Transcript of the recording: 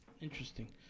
Interesting